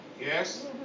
Yes